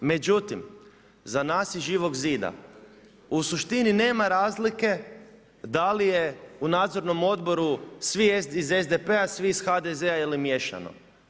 Međutim, za nas iz Živog zida, u suštini nema razlike, da li je u nadzornom odboru, svi iz SDP-a, svi iz HDZ-a ili miješano.